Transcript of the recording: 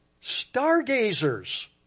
stargazers